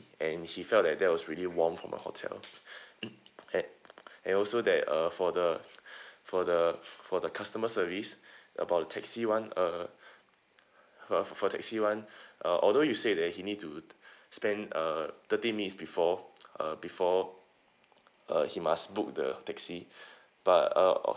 and he felt that that was really warm from the hotel mm and and also that uh for the for the for the customer service about the taxi [one] uh for for taxi [one] uh although you said that he need to spend uh thirty minutes before uh before uh he must book the taxi but uh